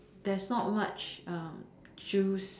that's not much juice